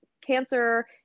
cancer